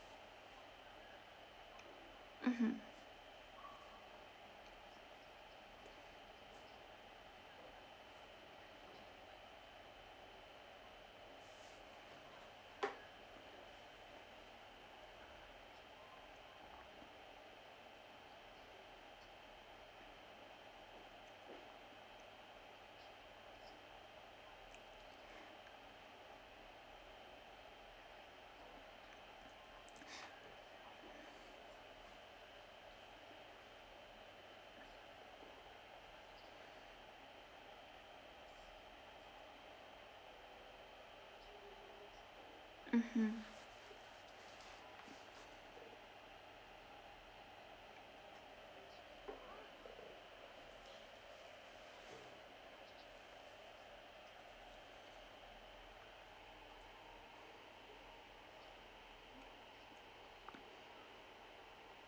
mmhmm mmhmm